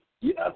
yes